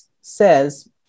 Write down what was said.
says